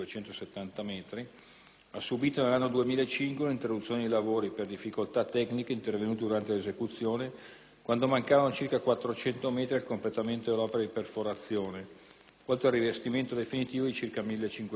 ha subìto nell'anno 2005 un'interruzione dei lavori per difficoltà tecniche intervenute durante l'esecuzione, quando mancavano circa 400 metri al completamento dell'opera di perforazione, oltre al rivestimento definitivo di circa 1.560 metri.